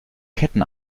ketten